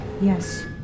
Yes